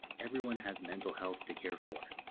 everyone has mental health to care for.